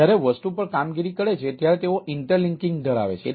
જ્યારે વસ્તુ પર કામગીરી કરે છે ત્યારે તેઓ ઇન્ટરલિંકિંગ ધરાવે છે